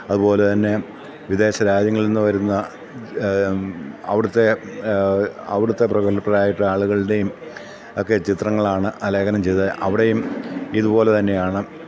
അതുപോലെ തന്നെ വിദേശ രാജ്യങ്ങളിൽ നിന്നുവരുന്ന അവിടുത്തെ അവിടുത്തെ പ്രഗല്ഭരായിട്ടുള്ള ആളുകളുടെയുമൊക്കെ ചിത്രങ്ങളാണ് അലേഖനം ചെയ്ത് അവിടെയും ഇതുപോലെ തന്നെയാണ്